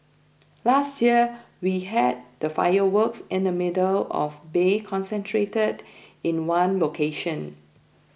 last year we had the fireworks in the middle of the bay concentrated in one location